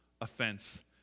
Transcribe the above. offense